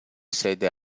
sede